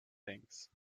things